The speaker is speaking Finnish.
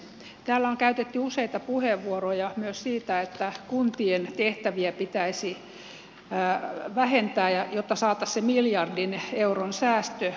täällä on käytetty useita puheenvuoroja myös siitä että kuntien tehtäviä pitäisi vähentää jotta saataisiin se miljardin euron säästö kuntatalouteen